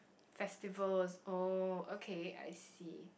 festivals oh okay I see